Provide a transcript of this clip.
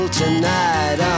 tonight